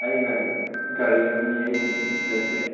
ꯑꯩ ꯒꯥꯔꯤꯗꯤ ꯑꯩ ꯂꯩꯇꯦ